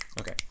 Okay